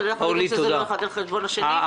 אנחנו אומרים שזה לא האחד על חשבון השני.